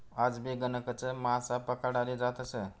आजबी गणकच मासा पकडाले जातस